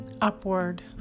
Upward